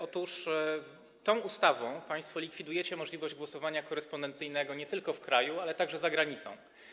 Otóż tą ustawą państwo likwidujecie możliwość głosowania korespondencyjnego nie tylko w kraju, ale także za granicą.